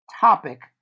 topic